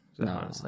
No